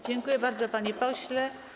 Dziękuję bardzo, panie pośle.